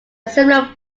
similar